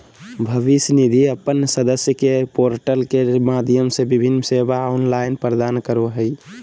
भविष्य निधि अपन सदस्य के पोर्टल के माध्यम से विभिन्न सेवा ऑनलाइन प्रदान करो हइ